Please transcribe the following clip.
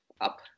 up